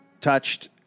touched